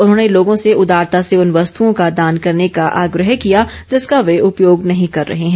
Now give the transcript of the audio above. उन्होंने लोगों से उदारता से उन वस्तुओं का दान करने का आग्रह किया जिसका वे उपयोग नहीं कर रहे हैं